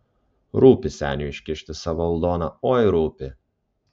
rūpi seniui iškišti savo aldoną oi rūpi